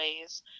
ways